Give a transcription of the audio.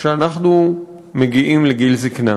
כשאנחנו מגיעים לגיל זיקנה.